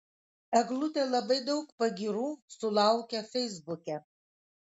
eglutė labai daug pagyrų sulaukia feisbuke